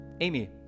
Amy